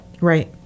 Right